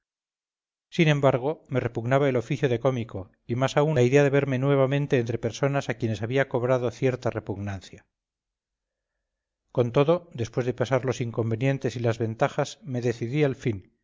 sin embargo me repugnaba el oficio de cómico y más aún la idea de verme nuevamente entre personas a quienes había cobrado cierta repugnancia con todo después de pesar los inconvenientes y las ventajas me decidí al fin